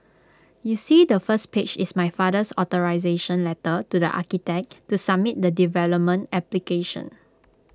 you see the first page is my father's authorisation letter to the architect to submit the development application